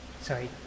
Sorry